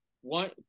One